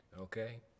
okay